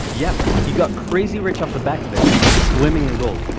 yep. he got crazy rich off the back of it, and was swimming in gold.